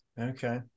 Okay